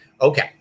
Okay